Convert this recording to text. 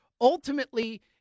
ultimately